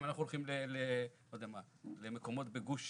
אם אנחנו הולכים למקומות בגוש